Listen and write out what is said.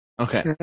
Okay